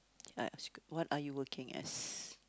I ask you what are you working as